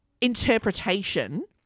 interpretation